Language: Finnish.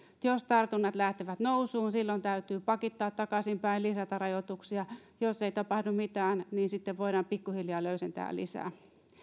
jos tartunnat lähtevät nousuun silloin täytyy pakittaa takaisinpäin lisätä rajoituksia jos ei tapahdu mitään niin sitten voidaan pikkuhiljaa löysentää lisää